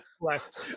left